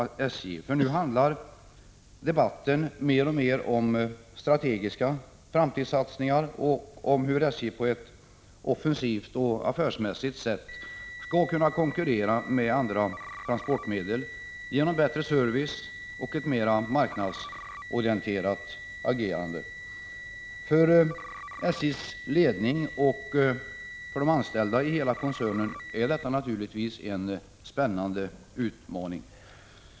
1985/86:142 framtidssatsningar och om hur SJ på ett offensivt och affärsmässigt sätt skall 15 maj 1986 kunna konkurrera med andra transportmedel genom bättre service och ett mera marknadsorienterat agerande. För SJ:s ledning och för de anställda inom koncernen är detta naturligtvis en spännande utmaning.